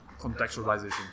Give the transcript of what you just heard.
contextualization